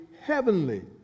heavenly